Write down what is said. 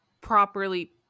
properly